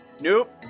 nope